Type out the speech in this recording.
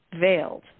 veiled